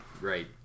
right